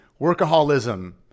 workaholism